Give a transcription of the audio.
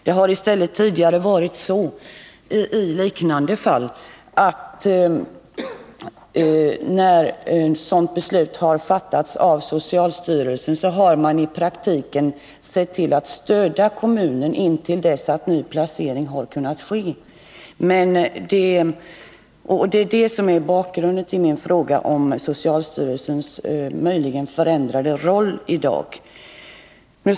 I liknande fall har det tidigare varit så, att socialstyrelsen i samband med sådana här beslut i praktiken har sett till att kommunen fått stöd intill dess att ny placering har kunnat ske. Det är detta som är bakgrunden till min fråga, om socialstyrelsens roll i sådana här sammanhang möjligen har förändrats.